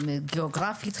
אם גיאוגרפית,